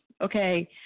Okay